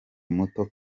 muto